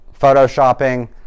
photoshopping